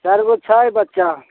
चारिगो छै बच्चा